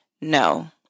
No